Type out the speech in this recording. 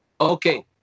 Okay